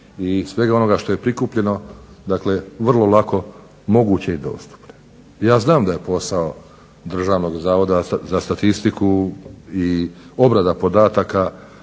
i svega onoga što je prikupljeno dakle vrlo lako moguće i dostupno. Ja znam da je posao Državnog zavoda za statistiku i obrada podataka,